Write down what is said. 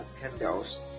candles